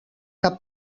cap